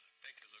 thank you, luca.